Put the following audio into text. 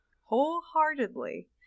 wholeheartedly